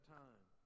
time